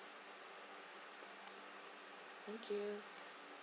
thank you